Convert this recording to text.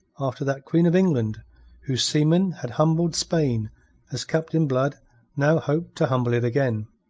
after that queen of england whose seamen had humbled spain as captain blood now hoped to humble it again.